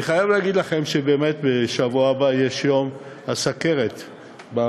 אני חייב להגיד לכם שבשבוע הבא יתקיים יום הסוכרת בכנסת.